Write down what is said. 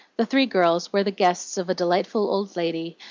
the three girls were the guests of a delightful old lady,